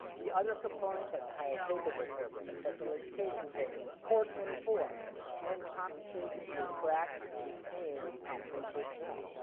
the other components like highly capable program, special education programs, core twenty four and compensation to attract and retain competent personnel.